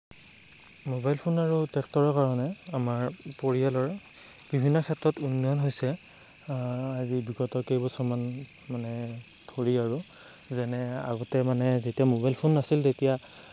mobile phone আৰু ট্ৰেক্টৰৰ কাৰণে আমাৰ পৰিয়ালৰ বিভিন্ন ক্ষেত্ৰত উন্নয়ন হৈছে আজি বিগত কেইবছৰমান মানে ধৰি আৰু যেনে আগতে মানে যেতিয়া মোবাইল ফোন নাছিল তেতিয়া